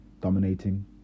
dominating